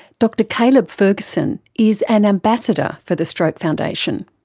dr caleb ferguson is an ambassador for the stroke foundation.